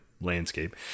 landscape